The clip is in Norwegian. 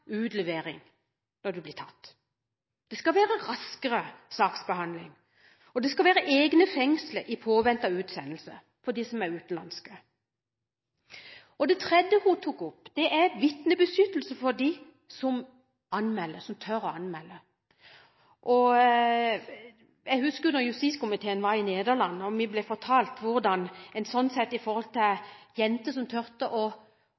utlevering når en blir tatt. Det skal være raskere saksbehandling, og det skal være egne fengsler i påvente av utsendelse for de utenlandske. Det tredje hun tok opp, er vitnebeskyttelse for dem som tør å anmelde. Jeg husker da justiskomiteen var i Nederland. Vi ble fortalt om hvordan en jente sånn sett torde å være i et vitneprogram, og